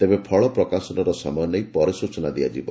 ତେବେ ଫଳ ପ୍ରକାଶନର ସମୟ ନେଇ ପରେ ସୂଚନା ଦିଆଯିବ